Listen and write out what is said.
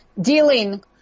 dealing